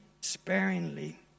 sparingly